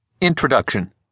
Introduction